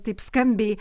taip skambiai